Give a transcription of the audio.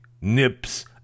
nips